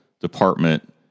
department